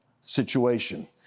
situation